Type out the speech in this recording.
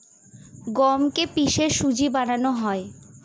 গমকে কে পিষে সুজি বানানো হয়